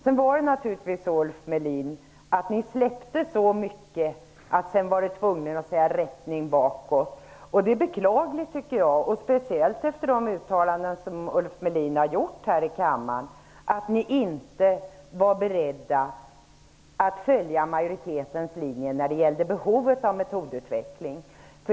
Det var naturligtvis så, Ulf Melin, att ni släppte så mycket att ni sedan var tvungna att säga: Rättning bakåt! Det är beklagligt -- speciellt efter de uttalanden som Ulf Melin har gjort här i kammaren -- att ni inte var beredda att följa majoritetens linje när det gällde behovet av metodutveckling.